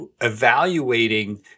evaluating